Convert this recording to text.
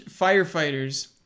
firefighters